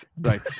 Right